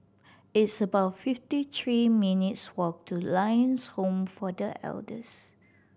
it's about fifty three minutes' walk to Lions Home for The Elders